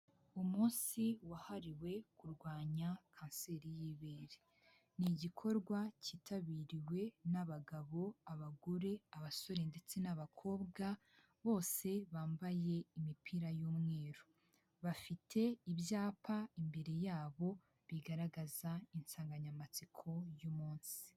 Umunsi wahariwe kurwanya kanseri y'ibere. Ni igikorwa cyitabiriwe n'abagabo, abagore, abasore ndetse n'abakobwa, bose bambaye imipira y'umweru. Bafite ibyapa imbere yabo bigaragaza insanganyamatsiko y'u munsi.